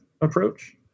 approach